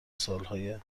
سالهای